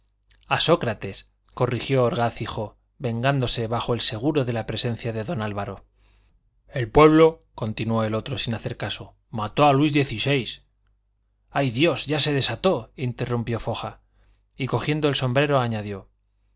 a hipócrates a sócrates corrigió orgaz hijo vengándose bajo el seguro de la presencia de don álvaro el pueblo continuó el otro sin hacer caso mató a luis diez y seis adiós ya se desató interrumpió foja y cogiendo el sombrero añadió